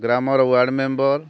ଗ୍ରାମର ward member